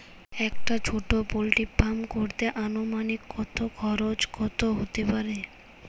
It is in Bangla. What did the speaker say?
একটা ছোটো পোল্ট্রি ফার্ম করতে আনুমানিক কত খরচ কত হতে পারে?